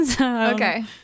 Okay